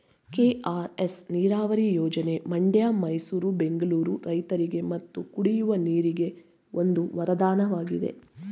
KRS ನೀರವರಿ ಯೋಜನೆ ಮಂಡ್ಯ ಮೈಸೂರು ಬೆಂಗಳೂರು ರೈತರಿಗೆ ಮತ್ತು ಕುಡಿಯುವ ನೀರಿಗೆ ಒಂದು ವರದಾನವಾಗಿದೆ